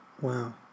wow